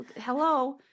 hello